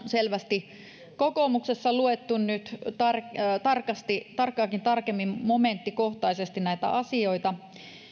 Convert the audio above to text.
selvästi luettu nyt tarkkaakin tarkemmin momenttikohtaisesti näitä asioita